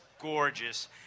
gorgeous